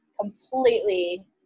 completely